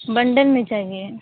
بنڈن میں چاہیے